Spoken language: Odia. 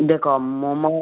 ଦେଖ ମୋମୋ